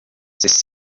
sest